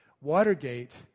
Watergate